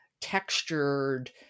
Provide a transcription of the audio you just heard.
textured